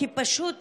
כי פשוט